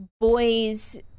boys